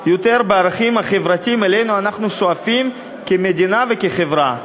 יותר בערכים החברתיים שאליהם אנחנו שואפים כמדינה וכחברה.